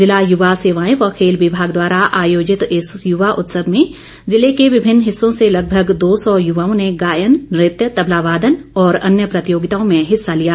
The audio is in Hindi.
जिला युवा सेवाएं व खेल विमाग द्वारा आयोजित इस युवा उत्सव में जिले के विभिन्न हिस्सों से लगभग दो सौ युवाओं ने गायन नृत्य तबलावादन और अन्य प्रतियोगिताओं में हिस्सा लिया